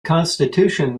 constitution